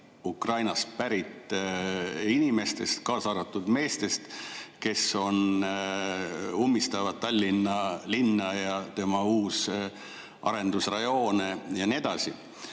Ukrainast pärit inimestest, kaasa arvatud meestest, kes ummistavad Tallinna linna, tema uusarendusrajoone jne.